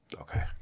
Okay